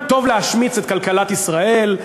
טוב להשמיץ את כלכלת ישראל,